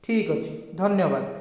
ଠିକ୍ ଅଛି ଧନ୍ୟବାଦ